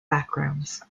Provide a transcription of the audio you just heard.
backgrounds